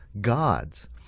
gods